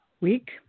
week